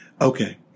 Okay